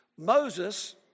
Moses